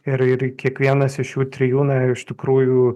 ir ir kiekvienas iš šių trijų narių iš tikrųjų